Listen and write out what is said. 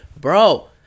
bro